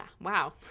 Wow